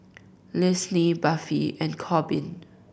Lynsey Buffy and Corbin